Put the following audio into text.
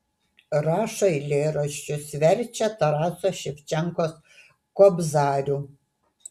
rašo eilėraščius verčia taraso ševčenkos kobzarių